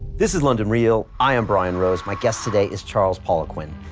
this is london real, i am brian rose. my guest today is charles poloquin,